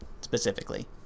specifically